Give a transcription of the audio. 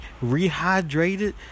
Rehydrated